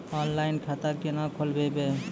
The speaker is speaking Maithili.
ऑनलाइन खाता केना खोलभैबै?